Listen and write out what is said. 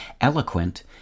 eloquent